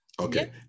okay